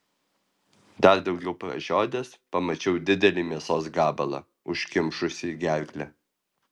dar daugiau pražiodęs pamačiau didelį mėsos gabalą užkimšusį gerklę